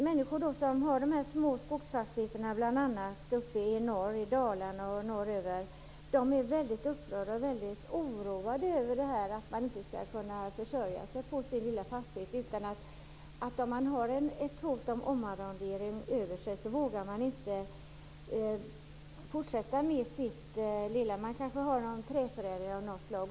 Människor som har små skogsfastigheter norröver, t.ex. i Dalarna, är väldigt upprörda och oroliga för att de inte skall kunna försörja sig på sin lilla fastighet. Om man har ett hot om omarrondering över sig vågar man inte fortsätta med sin verksamhet. Man kanske t.ex. har en träförädling av något slag.